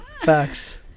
Facts